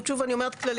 --- חבל שאתה אומר את זה.